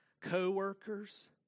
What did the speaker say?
co-workers